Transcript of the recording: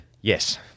yes